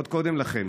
עוד קודם לכן,